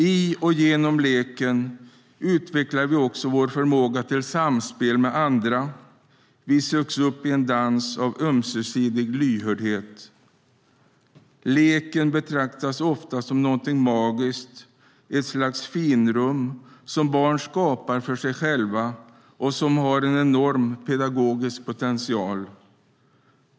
I och genom leken utvecklar vi också vår förmåga till samspel med andra. Vi sugs upp i en dans av ömsesidig lyhördhet. Leken betraktas ofta som något magiskt, ett slags finrum som barn skapar för sig själva och som har en enorm pedagogisk potential.